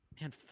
Man